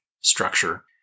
structure